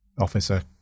Officer